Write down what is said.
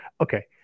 okay